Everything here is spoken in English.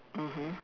mmhmm